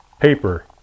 paper